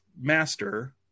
Master